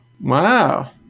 Wow